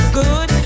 good